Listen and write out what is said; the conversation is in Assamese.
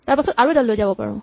তাৰপাছত আৰু এডাললৈ যাব পাৰো